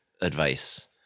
advice